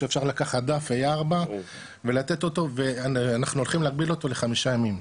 שאפשר לקחת דף A4 ולתת אותו ואנחנו הולכים להגביל אותו לחמישה ימים,